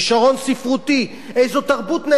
איזו תרבות נהדרת יורדת לטמיון,